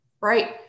right